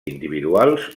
individuals